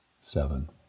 seven